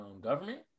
government